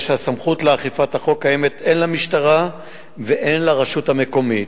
קיימת הן למשטרה והן לרשות המקומית.